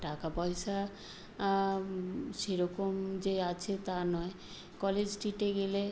টাকা পয়সা সেরকম যে আছে তা নয় কলেজ স্ট্রিটে গেলে